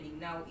now